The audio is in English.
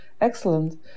excellent